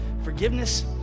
Forgiveness